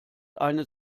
eine